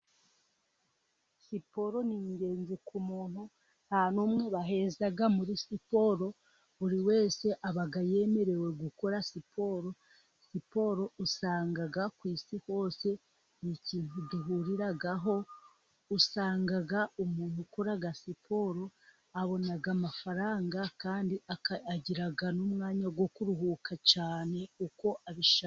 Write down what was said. Siporo ni ingenzi ku muntu, nta n'umwe baheza muri siporo buri wese aba yemerewe gukora siporo. Siporo usanga ku isi hose ni ikintu duhuriraho, usanga umuntu ukora siporo abona amafaranga, kandi akagira n'umwanya wo kuruhuka cyane uko abishaka.